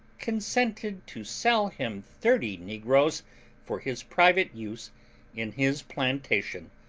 consented to sell him thirty negroes for his private use in his plantation,